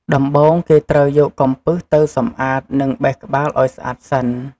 ដំបូង គេត្រូវយកកំពឹសទៅសម្អាត និងបេះក្បាលឱ្យស្អាតសិន។